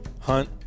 hunt